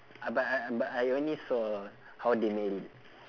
uh but I I but I only saw how they made it